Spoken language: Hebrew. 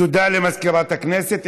תודה למזכירת הכנסת.